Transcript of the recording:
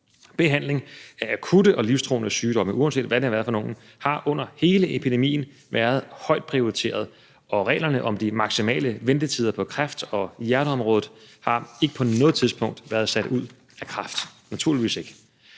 Behandling af akutte og livstruende sygdomme, uanset hvad det har været for nogle, har under hele epidemien været højt prioriteret, og reglerne om de maksimale ventetider på kræft- og hjerteområdet har ikke på noget tidspunkt været sat ud af kraft, naturligvis ikke.